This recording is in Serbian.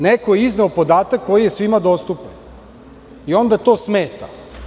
Neko je izneo podatak koji je svima dostupan i onda to smeta.